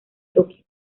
tokio